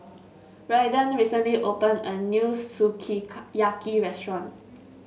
Raiden recently opened a new Sukiyaki Restaurant